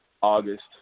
August